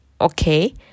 okay